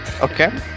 Okay